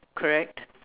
correct